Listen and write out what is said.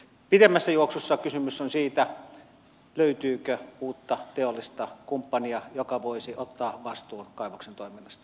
pidemmässä juoksussa kysymys on siitä löytyykö uutta teollista kumppania joka voisi ottaa vastuun kaivoksen toiminnasta